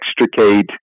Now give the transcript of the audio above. extricate